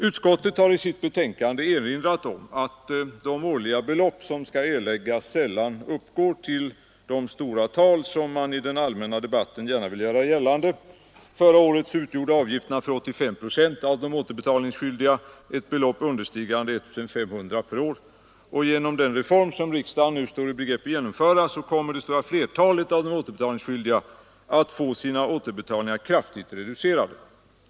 Utskottet har i sitt betänkande erinrat om att de årliga belopp som skall erläggas sällan uppgår till de stora tal som man i den allmänna debatten gärna vill göra gällande. Förra året utgjorde avgifterna för 85 procent av de återbetalningsskyldiga ett belopp understigande 1 500 kronor per år. Och genom den reform som riksdagen nu står i begrepp att genomföra kommer det stora flertalet av de återbetalningsskyldiga att få sina återbetalningar kraftigt reducerade.